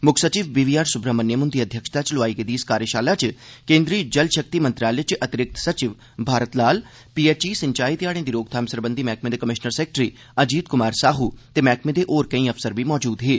मुक्ख सचिव B V R Subrahmanyam हुंदी अध्यक्षता च लोआई गेदी इस कार्जषाला च केन्द्री ''जल षक्ति मंत्रालय'' च अतिरिक्त सचिव भारत लाल पीएचई सिंचाई ते हाड़ेंद ी रोकथाम सरबंधी मैहकमें दे कमीषनर सैक्रेटरी अजीत कुमार साहू ते मैहकमें दे होर केई अफसर बी मजूद हे